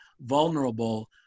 vulnerable